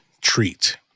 treat